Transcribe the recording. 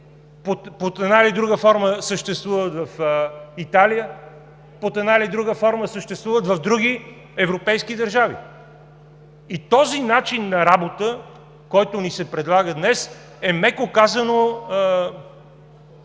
под една или друга форма съществуват в Италия, под една или друга форма съществуват в други европейски държави! И този начин на работа, който ни се предлага днес, е, меко казано,